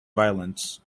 violence